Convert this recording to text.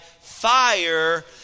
fire